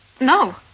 No